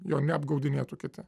jo neapgaudinėtų kiti